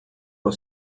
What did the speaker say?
for